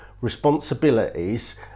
responsibilities